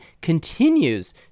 continues